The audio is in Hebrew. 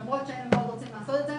למרות שהם מאוד רוצים לעשות את זה,